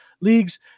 leagues